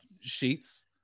sheets